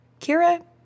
Kira